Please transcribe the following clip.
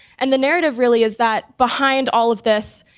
and the narrative really is that behind all of this,